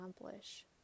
accomplish